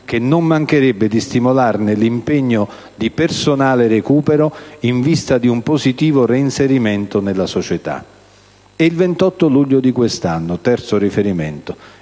che non mancherebbe di stimolarne l'impegno di personale recupero in vista di un positivo reinserimento nella società». Il 28 luglio di quest'anno - questo